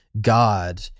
God